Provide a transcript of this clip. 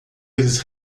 eles